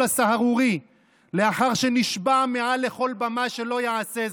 הסהרורי לאחר שנשבע מעל לכל במה שלא יעשה זאת.